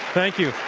thank you,